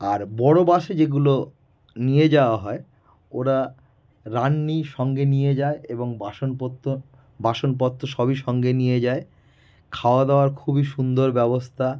আর বড়ো বাসে যেগুলো নিয়ে যাওয়া হয় ওরা রান্নি সঙ্গে নিয়ে যায় এবং বাসনপত্র বাসনপত্র সবই সঙ্গে নিয়ে যায় খাওয়া দাওয়ার খুবই সুন্দর ব্যবস্তা